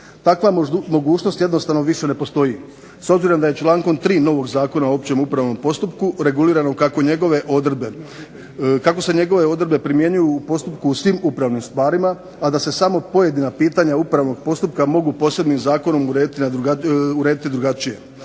Takva mogućnost više jednostavno ne postoji. S obzirom da je člankom 3. novog Zakona o općem upravnom postupku regulirano kako se njegove odredbe primjenjuju u postupku u svim upravnim stvarima, a da se samo pojedina pitanja upravnog postupka mogu posebnim zakonom urediti drugačije.